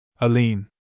Aline